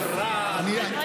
רק רעל וכעס.